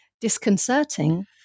disconcerting